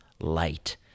light